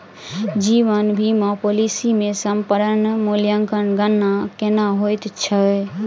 जीवन बीमा पॉलिसी मे समर्पण मूल्यक गणना केना होइत छैक?